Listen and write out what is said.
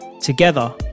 Together